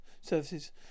services